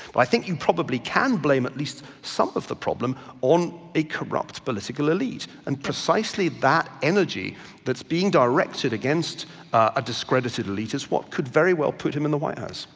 but i think you probably can blame at least some of the problem on a corrupt political elite. and precisely that energy that's being directed against a discredited elite is what could very well put him in the white house.